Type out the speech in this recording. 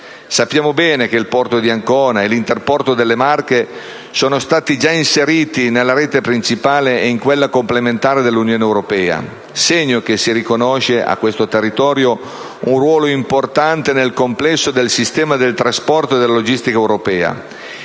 Sappiamo bene che il porto di Ancona e l'interporto delle Marche sono stati già inseriti nella rete principale e in quella complementare dell'Unione europea, segno che si riconosce a questo territorio un ruolo importante nel complesso del sistema del trasporto e della logistica europea